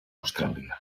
austràlia